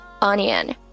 onion